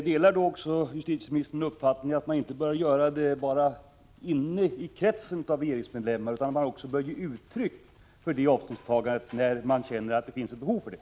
Herr talman! Delar justitieministern också uppfattningen att man bör göra det inte bara i kretsen av regeringsmedlemmar, utan att man också bör ge uttryck för det avståndstagandet när man känner att det finns ett behov för det?